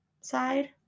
side